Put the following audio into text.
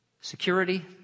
Security